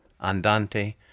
andante